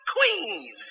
Queen